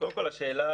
קודם כל,